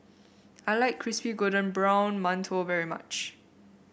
I like Crispy Golden Brown Mantou very much